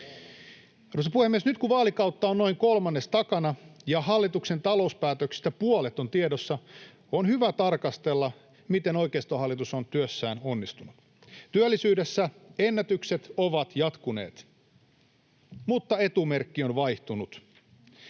Arvoisa puhemies! Nyt kun vaalikautta on noin kolmannes takana ja hallituksen talouspäätöksistä puolet on tiedossa, on hyvä tarkastella, miten oikeistohallitus on työssään onnistunut. Työllisyydessä ennätykset ovat jatkuneet, mutta etumerkki on vaihtunut.